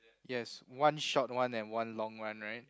yes one short one and one long one right